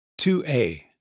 2A